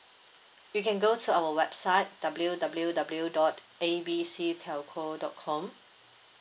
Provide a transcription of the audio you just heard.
you can go to our website W W W dot A B C telco dot com